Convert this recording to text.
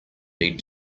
need